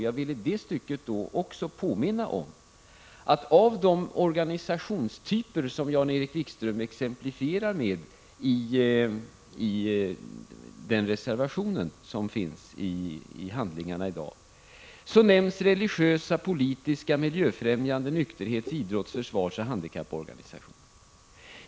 Jag vill påminna om att man i reservation 2, som bl.a. Jan-Erik Wikström står bakom, nämner religiösa, politiska och miljöfrämjande organisationer samt nykterhets-, idrotts-, försvarsoch handikapporganisationer.